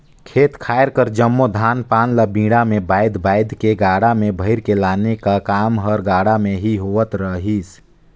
खेत खाएर कर जम्मो धान पान ल बीड़ा मे बाएध बाएध के गाड़ा मे भइर के लाने का काम हर गाड़ा मे ही होवत रहिस